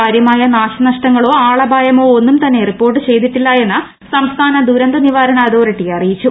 കാര്യമായ നാശനഷ്ടങ്ങളോ ആളപായമോ ഒന്നും ് തന്നെ റിപ്പോർട്ട് ചെയ്തിട്ടില്ല എന്ന് സംസ്ഥാന ദുരന്ത നിവാരണ അതോറിറ്റി അറിയിച്ചു